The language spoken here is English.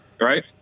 right